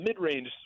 mid-range